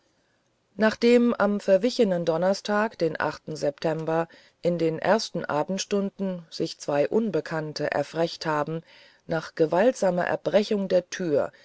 nachdem am verwichenen donnerstag den september in den ersten abendstunden sich zwei unbekannte erfrecht haben nach gewaltsamer erbrechung der tür